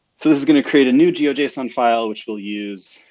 so this is gonna create a new geojson file which we'll use.